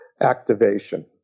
activation